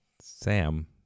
Sam